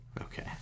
Okay